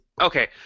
Okay